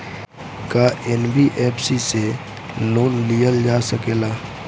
का एन.बी.एफ.सी से लोन लियल जा सकेला?